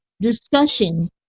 discussion